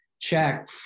check